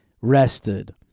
rested